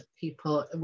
people